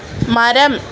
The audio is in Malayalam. മരം